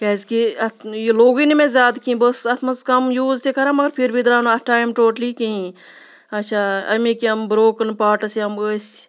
کیازِکہِ اَتھ یہِ لوٚگُے نہٕ مےٚ زیادٕ کہِنۍ بہٕ ٲسٕس اَتھ منٛز کَم یوٗز تہِ کَران مگر پھِر بھی درٛاو نہٕ اَتھ ٹایم ٹوٹلی کِہیٖنۍ اچھا اَمِکۍ یِم برٛوکٕن پاٹٕس یِم ٲسۍ